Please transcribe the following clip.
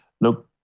look